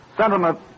Sentiment